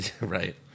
Right